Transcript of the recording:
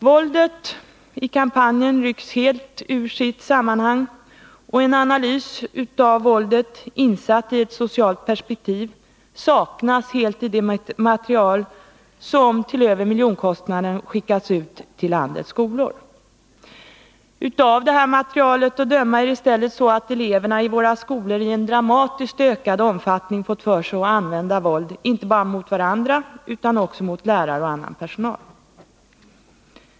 Våldet i 89 kampanjen rycks helt ur sitt sammanhang, och en analys av våldet insatt i ett socialt perspektiv saknas helt i det material som till en kostnad av över 1 miljon skickats ut till landets skolor. Av materialet att döma är det i stället så att eleverna i våra skolor i en dramatiskt ökad omfattning fått för sig att använda våld inte bara mot varandra utan också mot lärare och annan skolpersonal.